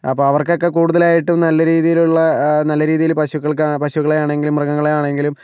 അപ്പോൾ അവർക്കൊക്കെ കൂടുതലായിട്ടും നല്ലരീതിയിലുള്ള നല്ല രീതിയിൽ പശുക്കൾക്ക് പശുക്കളെ ആണെങ്കിലും മൃഗങ്ങളെ ആണെങ്കിലും